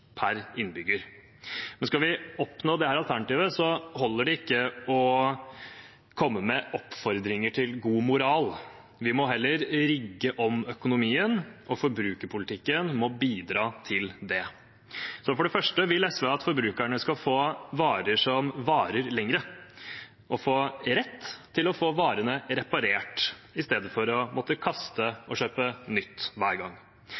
per innbygger. Skal vi oppnå dette alternativet, holder det ikke å komme med oppfordringer til god moral. Vi må heller rigge om økonomien, og forbrukerpolitikken må bidra til det. For det første vil SV at forbrukerne skal få varer som varer lenger, og få rett til å få varene reparert i stedet for å måtte kaste og kjøpe nytt hver gang.